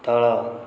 ତଳ